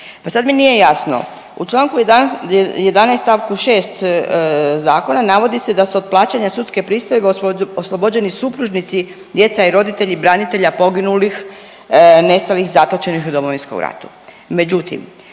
pa sad mi nije jasno u Članku 11. stavku 6. zakona navodi se da su od plaćanja sudske pristojbe oslobođeni supružnici, djeca i roditelji branitelja poginulih, nestalih, zatočenih u Domovinskom ratu.